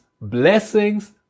blessings